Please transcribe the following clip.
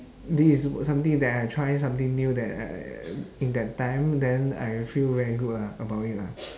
this is w~ something that I try something new that I in that time then I feel very good ah about it lah